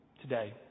today